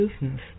business